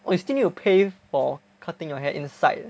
you still need to pay for cutting your hair inside